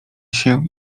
się